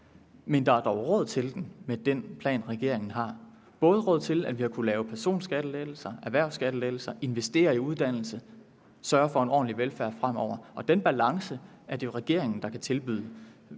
men der er dog råd til den. Med den plan, regeringen har, er der råd til, at vi har kunnet lave personskattelettelser, erhvervsskattelettelser, investere i uddannelse og sørge for ordentlig velfærd fremover. Den balance er det jo regeringen der kan tilbyde.